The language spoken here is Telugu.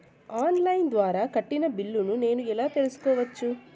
ఆన్ లైను ద్వారా కట్టిన బిల్లును నేను ఎలా తెలుసుకోవచ్చు?